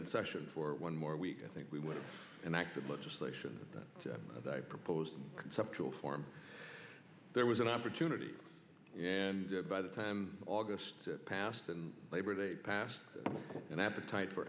in session for one more week i think we would have an act of legislation that i proposed conceptual form there was an opportunity and by the time august passed and labor day passed and appetite for